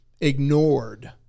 ignored